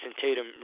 Tatum